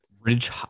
Ridge